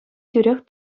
тӳрех